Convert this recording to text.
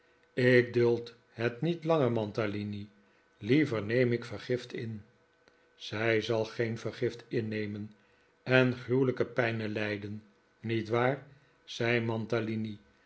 ik duld het niet langer mantalini liever neem ik vergift in zij zal geen vergift innemen en gruwelijke pijnen lijden niet waar zei